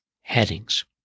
headings